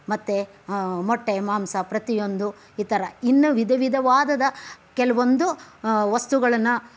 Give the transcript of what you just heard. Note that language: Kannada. ಮತ್ತು ಮೊಟ್ಟೆ ಮಾಂಸ ಪ್ರತಿಯೊಂದು ಇತರ ಇನ್ನು ವಿಧ ವಿಧವಾದದ ಕೆಲವೊಂದು ವಸ್ತುಗಳನ್ನು